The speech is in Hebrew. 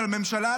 של הממשלה,